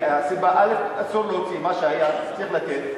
הסיבה, אסור להוציא, מה שהיה צריך לתת.